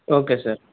okay sir